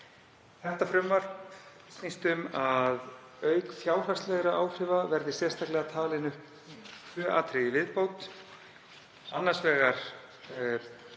Þetta frumvarp snýst um að auk fjárhagslegra áhrifa verði sérstaklega talin upp tvö atriði í viðbót;